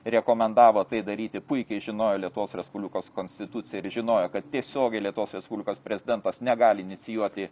rekomendavo tai daryti puikiai žinojo lietuvos respublikos konstituciją ir žinojo kad tiesiogiai lietuvos respublikos prezidentas negali inicijuoti